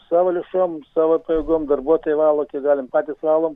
savo lėšom savo pajėgom darbuotojai valo kiek galim patys valom